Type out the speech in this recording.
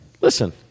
listen